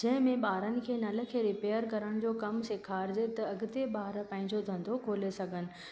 जंहिंमें ॿारनि खे नल खे रिपयेर करण जो कमु सेखारिजे त अॻिते ॿार पंहिंजो धंधो खोले सघनि